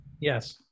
Yes